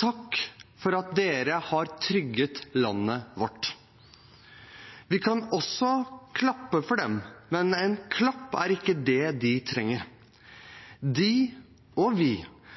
Takk til dem for at de har trygget landet vårt! Vi kan også klappe for dem, men en klapp er ikke det de trenger. De – og vi